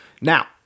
Now